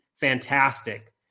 fantastic